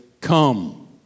Come